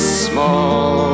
small